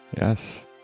Yes